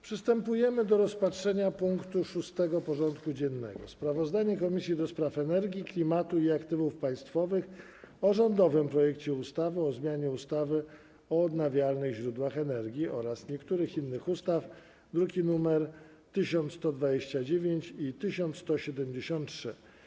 Przystępujemy do rozpatrzenia punktu 6. porządku dziennego: Sprawozdanie Komisji do Spraw Energii, Klimatu i Aktywów Państwowych o rządowym projekcie ustawy o zmianie ustawy o odnawialnych źródłach energii oraz niektórych innych ustaw (druki nr 1129 i 1173)